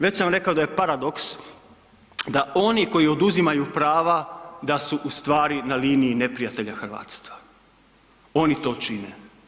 Već sam rekao da je paradoks da oni koji oduzimaju prava, da su ustvari na liniji neprijatelja hrvatstva. oni to čine.